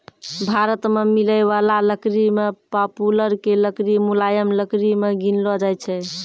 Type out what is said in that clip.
भारत मॅ मिलै वाला लकड़ी मॅ पॉपुलर के लकड़ी मुलायम लकड़ी मॅ गिनलो जाय छै